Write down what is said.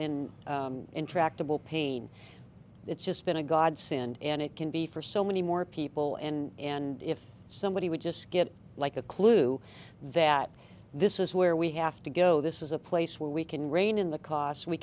in intractable pain it's just been a godsend and it can be for so many more people and and if somebody would just get like a clue that this is where we have to go this is a place where we can rein in the costs we